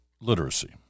literacy